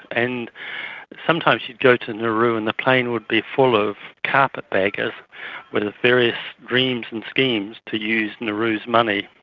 and sometimes you'd go to nauru and the plane would be full of carpetbaggers with various dreams and schemes to use nauru's money.